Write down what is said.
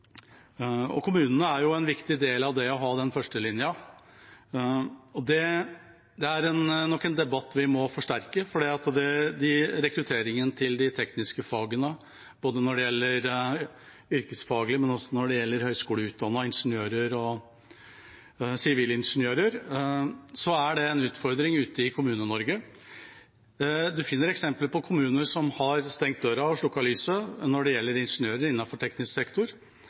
Kommunene er en viktig del av det å ha førstelinja. Det er nok en debatt vi må forsterke, for rekrutteringen til de tekniske fagene, både når det gjelder yrkesfag og når det gjelder ingeniører og høyskoleutdannede sivilingeniører, er en utfordring ute i Kommune-Norge. Vi finner eksempler på kommuner som har stengt døra og slukket lyset når det gjelder ingeniører innenfor teknisk sektor,